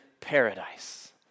paradise